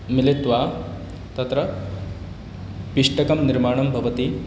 मिलित्वा तत्र पिष्टकस्य निर्माणं भवति